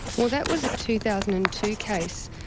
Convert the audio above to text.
well that was a two thousand and two case.